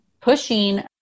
pushing